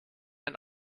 ein